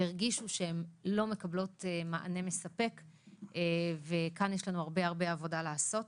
והרגישו שהן לא מקבלות מענה מספק וכאן יש לנו הרבה הרבה עבודה לעשות.